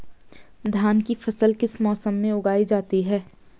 धान की फसल किस मौसम में उगाई जाती है?